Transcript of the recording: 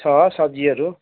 छ सब्जीहरू